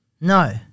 no